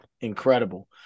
incredible